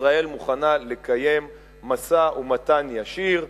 ישראל מוכנה לקיים משא-ומתן ישיר,